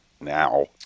now